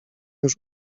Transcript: już